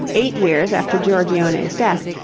eight years after giorgione's death,